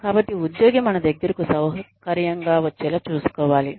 కాబట్టి ఉద్యోగి మన దగ్గరకు సౌకర్యం గా వచ్చేలా చూసుకోవాలి